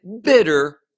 bitter